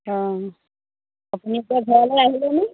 অ'